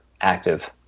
active